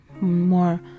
more